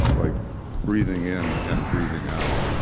like breathing in and breathing out,